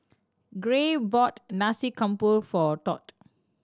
Gray bought Nasi Campur for Todd